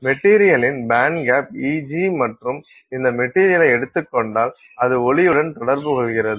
மெட்டீரியலின் band gap Eg மற்றும் இந்த மெட்டீரியலை எடுத்துக் கொண்டால் அது ஒளியுடன் தொடர்பு கொள்கிறது